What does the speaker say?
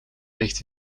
ligt